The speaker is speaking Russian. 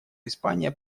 испания